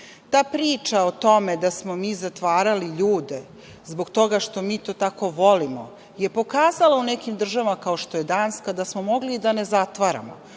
priča o tome da smo mi zatvarali ljude zbog toga što mi to tako volimo je pokazala u nekim državama, kao što je Danska, da smo mogli i da ne zatvaramo,